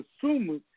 consumers